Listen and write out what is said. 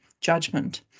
judgment